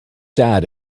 sad